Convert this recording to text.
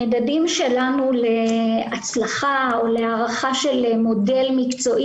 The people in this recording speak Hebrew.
המדדים שלנו להצלחה או להערכה של מודל מקצועי,